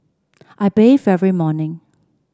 I bathe every morning